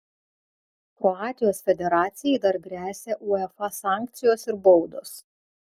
kroatijos federacijai dar gresia uefa sankcijos ir baudos